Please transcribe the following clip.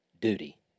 duty